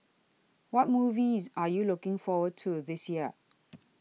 what movies are you looking forward to this year